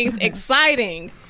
exciting